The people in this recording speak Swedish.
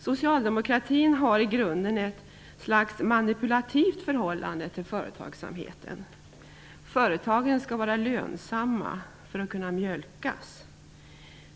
Socialdemokraterna har i grunden ett slags manipulativt förhållande till företagsamheten. Företagen skall vara lönsamma för att kunna mjölkas.